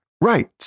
Right